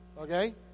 Okay